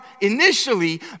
initially